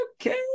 okay